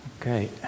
Okay